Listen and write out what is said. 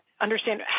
understand